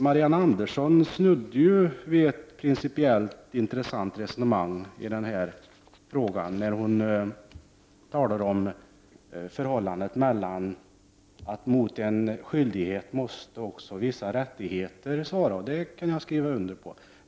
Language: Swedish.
Marianne Andersson i Vårgårda snuddade vid ett principiellt intressant resonemang i den här frågan när hon talade om det förhållandet att det mot en skyldighet måste svara vissa rättigheter. Det kan jag skriva under på.